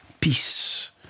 peace